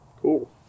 Cool